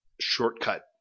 shortcut